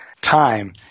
time